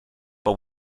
but